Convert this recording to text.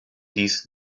dies